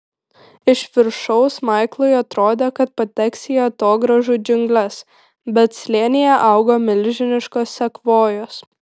iš viršaus maiklui atrodė kad pateks į atogrąžų džiungles bet slėnyje augo milžiniškos sekvojos